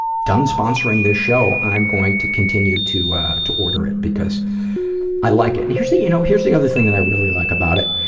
done sponsoring this show, i'm going to continue to to order it because i like it. and here's the you know here's the other thing that i really like about it,